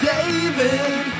David